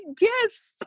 yes